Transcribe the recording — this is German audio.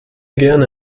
gerne